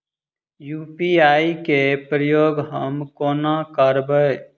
UPI केँ प्रयोग हम कोना करबे?